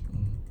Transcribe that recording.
mmhmm